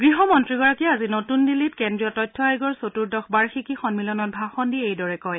গৃহমন্ত্ৰীগৰাকীয়ে আজি নতুন দিল্লীত কেন্দ্ৰীয় তথ্য আয়োগৰ চতুৰ্দশ বাৰ্ষিকী সন্মিলনত ভাষণ দি এইদৰে কয়